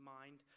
mind